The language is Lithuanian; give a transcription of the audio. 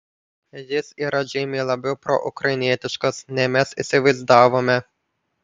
jis yra žymiai labiau proukrainietiškas nei mes įsivaizdavome